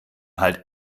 halt